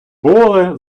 поле